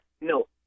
no